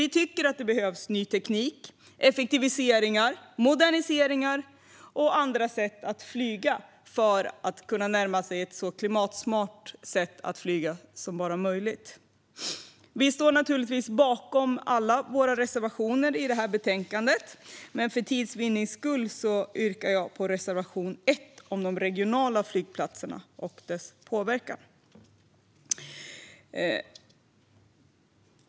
Vi tycker att det behövs ny teknik, effektiviseringar, moderniseringar och andra sätt att flyga för att man ska kunna närma sig ett så klimatsmart sätt att flyga som bara är möjligt. Vi står naturligtvis bakom alla våra reservationer i betänkandet, men för tids vinnande yrkar jag bifall bara till reservation 1 om de regionala flygplatserna och påverkan på dem.